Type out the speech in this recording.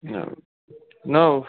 न